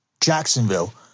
Jacksonville